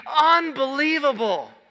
unbelievable